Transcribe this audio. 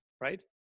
Right